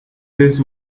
this